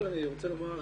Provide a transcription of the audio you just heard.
אני רוצה לומר,